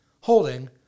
holding